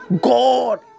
God